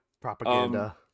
propaganda